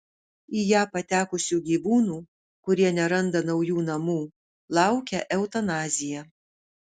į ją patekusių gyvūnų kurie neranda naujų namų laukia eutanazija